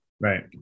Right